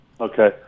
Okay